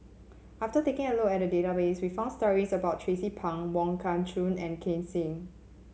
after taking a look at the database we found stories about Tracie Pang Wong Kah Chun and Ken Seet